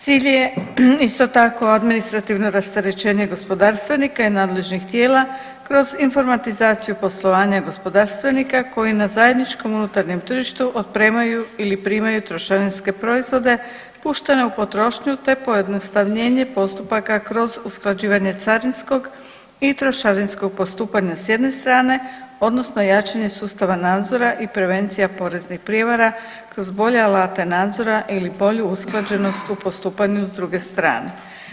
Cilj je isto tako administrativno rasterećenje gospodarstvenika i nadležnih tijela kroz informatizaciju poslovanja gospodarstvenika koji na zajedničkom unutarnjem tržištu otpremaju ili primaju trošarinske proizvode puštene u potrošnju te pojednostavljenje postupaka kroz usklađivanje carinskog i trošarinskog postupanja s jedne strane odnosno jačanje sustava nadzora i prevencija poreznih prijevara kroz bolje alate nadzora ili bolju usklađenost u postupanju s druge strane.